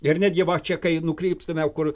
ir netgi va čia kai nukrypstame kur